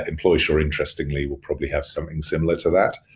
employsure interestingly will probably have something similar to that.